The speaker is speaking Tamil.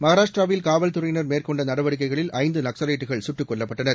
மகாராஷ்ராவில் காவல்துறையினா் மேற்கொண்ட நடவடிக்கைகளில் ஐந்து நக்கலைட்டுகள் குட்டுக் கொல்லப்பட்டனர்